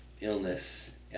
illness